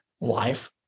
life